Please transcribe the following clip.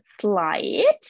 slide